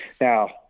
Now